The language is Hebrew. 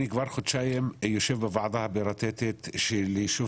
אני כבר חודשיים יושב בוועדה הפריטטית של יישוב